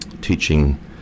teaching